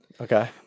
Okay